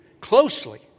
closely